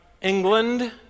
England